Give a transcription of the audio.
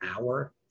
hour